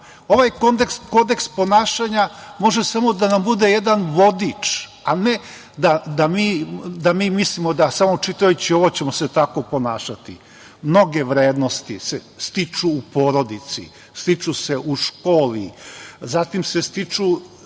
Ovaj kodeks ponašanja može samo da nam bude jedan vodič a ne da mi mislimo da samo čitajući ovo ćemo se tako ponašati. Mnoge vrednosti se stiču u porodici, u školi, vaspitanjem